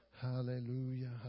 Hallelujah